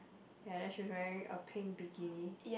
ya then she's wearing a pink bikini